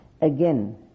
Again